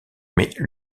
mais